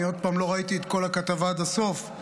אני לא ראיתי את כל הכתבה עד הסוף,